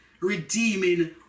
redeeming